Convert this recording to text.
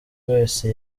wese